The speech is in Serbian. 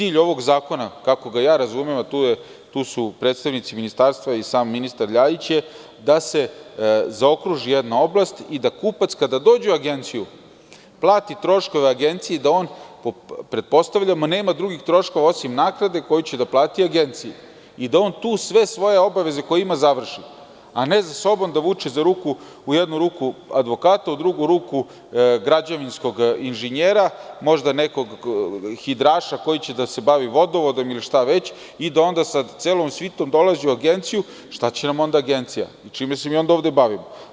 Cilj ovog zakona, kako ga ja razumem, a tu su predstavnici ministarstva i sam ministar Ljajić, da se zaokruži jedna oblast i da kupac kada dođe u agenciju, plati troškove agenciji da on pretpostavljamo nema drugih troškova osim naknade koju će da plati agenciji i da on tu sve svoje obaveze koje ima završi, a ne za sobom da vuče u jednu ruku advokata, u drugu ruku građevinskog inženjera, možda nekog hidraša koji će da se bavi vodovodom ili šta već, i da onda sa celom svitom dolazi u agenciju, šta će nam onda agencija i čime se mi onda ovde bavimo.